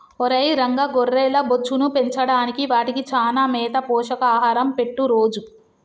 ఒరై రంగ గొర్రెల బొచ్చును పెంచడానికి వాటికి చానా మేత పోషక ఆహారం పెట్టు రోజూ